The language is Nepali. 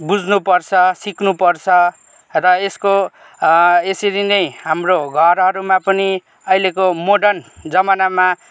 बुझ्नु पर्छ सिक्नु पर्छ र यसको यसरी नै हाम्रो घरहरूमा पनि अहिलेको मोडर्न जमानामा